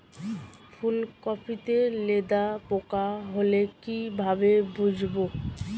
ফুলকপিতে লেদা পোকা হলে কি ভাবে বুঝবো?